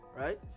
right